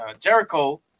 jericho